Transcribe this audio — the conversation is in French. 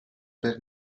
père